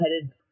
headed